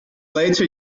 later